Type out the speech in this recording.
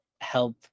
help